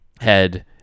head